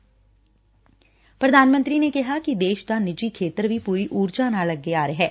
ਪੁਧਾਨ ਮੰਤਰੀ ਨੇ ਕਿਹਾ ਕਿ ਦੇਸ਼ ਦਾ ਨਿੱਜੀ ਖੇਤਰ ਵੀ ਪੂਰੀ ਉਰਜਾ ਨਾਲ ਅੱਗੇ ਆ ਰਿਹੈ